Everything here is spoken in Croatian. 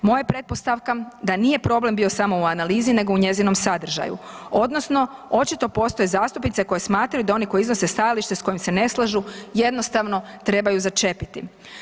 Moja pretpostavka da nije problem bio sam o u analizi nego u njezinom sadržaju odnosno očito postoje zastupnice koje smatraju da oni koji iznose stajalište s kojim se ne slažu jednostavno trebaju začepiti.